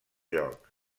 joc